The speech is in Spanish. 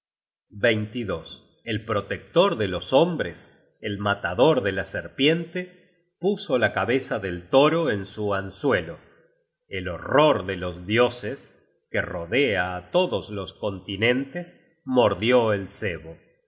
aparejo el protector de los hombres el matador de la serpiente puso la cabeza del toro en su anzuelo el horror de los dioses que rodea á todos los continentes mordió el cebo